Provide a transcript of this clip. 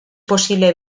posible